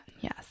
Yes